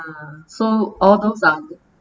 so all those ah